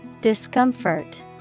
Discomfort